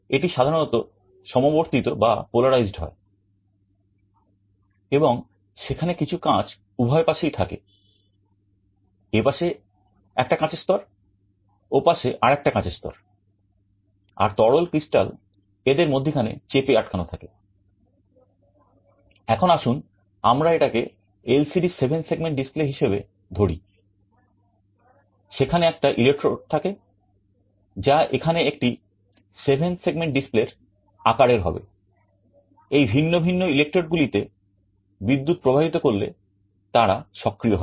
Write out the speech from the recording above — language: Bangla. এলসিডিগুলোতে বিদ্যুৎ প্রবাহিত করলে তারা সক্রিয় হবে